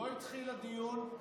לא התחיל הדיון.